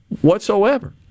whatsoever